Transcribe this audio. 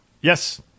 Yes